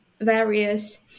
various